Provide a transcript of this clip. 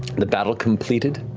the battle completed,